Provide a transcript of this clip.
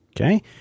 Okay